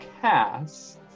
cast